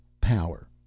power